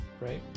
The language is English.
Right